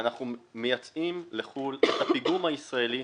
ואנחנו מייצאים לחו"ל את הפיגום הישראלי,